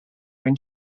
when